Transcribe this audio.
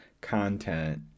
content